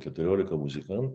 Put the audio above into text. keturiolika muzikantų